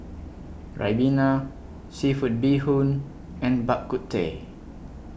Ribena Seafood Bee Hoon and Bak Kut Teh